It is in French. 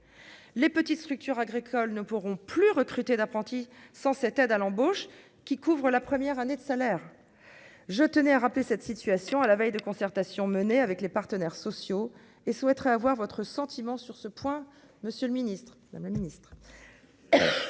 les petites structures agricoles ne pourront plus recruter d'apprentis sans cette aide à l'embauche qui couvre la première année de salaire, je tenais à rappeler cette situation à la veille de concertation menée avec les partenaires sociaux et souhaiterait avoir votre sentiment sur ce point, monsieur le Ministre,